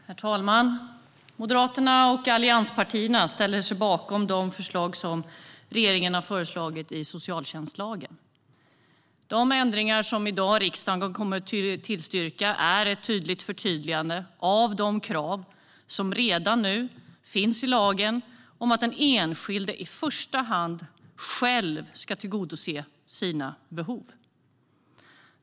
Herr talman! Moderaterna och allianspartierna ställer sig bakom regeringens förslag till ändringar i socialtjänstlagen. De ändringar riksdagen i dag kommer att tillstyrka innebär ett tydligt förtydligande av de krav som redan nu finns i lagen om att den enskilde i första hand själv ska tillgodose sina behov.